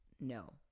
No